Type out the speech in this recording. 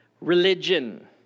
Religion